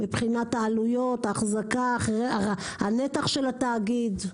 מבחינת העלויות, האחזקה, הנתח של התאגיד?